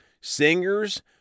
singers